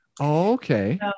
Okay